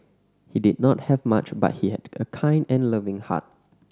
he did not have much but he had a kind and loving heart